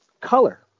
color